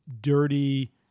dirty